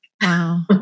Wow